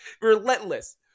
Relentless